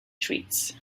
treats